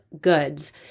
goods